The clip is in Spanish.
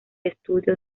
estudio